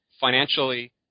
financially